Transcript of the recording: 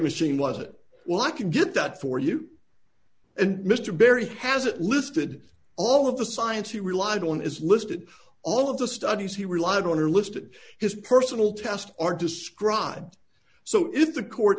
machine was it well i can get that for you and mr barry has it listed all of the science he relied on is listed all of the studies he relied on are listed his personal tasks are described so if the court